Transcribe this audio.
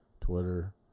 twitter